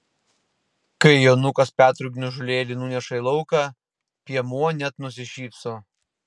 kai jonukas petrui gniužulėlį nuneša į lauką piemuo net nusišypso